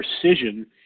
precision